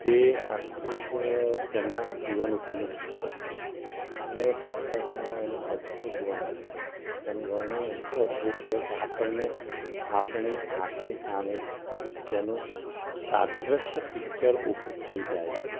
તે આખું જ તેમના જીવન ઉપરનું પુસ્તક છે અને એ પુસ્તકમાં એનું અદ્ભુત વર્ણન છે તેનું વર્ણન એટલું અદ્ભુત છે કે આપણને આપણી આંખની સામે તેનું તાદૃશ પિક્ચર ઉભું થઇ જાય છે